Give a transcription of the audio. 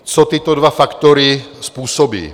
Co tyto dva faktory způsobí?